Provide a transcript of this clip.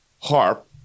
HARP